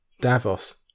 Davos